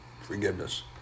forgiveness